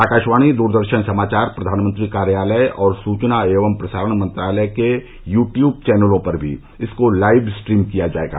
आकाशवाणी दूरदर्शन समाचार प्रधानमंत्री कार्यालय और सूचना एवं प्रसारण मंत्रालय के यूट्यूब चैनलों पर भी इसको लाइव स्ट्रीम किया जायेगा